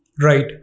Right